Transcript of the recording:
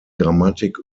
grammatik